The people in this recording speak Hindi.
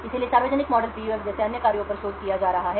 इसलिए सार्वजनिक मॉडल PUF जैसे अन्य कार्यों पर भी शोध किया जा रहा है